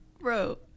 Bro